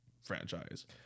franchise